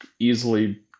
Easily